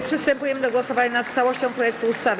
Przystępujemy do głosowania nad całością projektu ustawy.